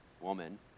woman